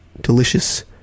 delicious